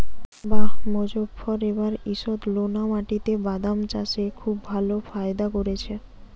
বাঃ মোজফ্ফর এবার ঈষৎলোনা মাটিতে বাদাম চাষে খুব ভালো ফায়দা করেছে